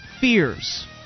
fears